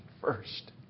first